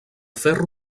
ferro